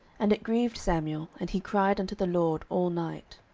and it grieved samuel and he cried unto the lord all night.